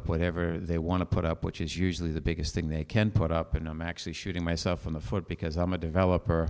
up whatever they want to put up which is usually the biggest thing they can put up a number actually shooting myself in the foot because i'm a developer